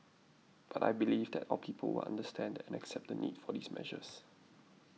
but I believe that our people will understand and accept the need for these measures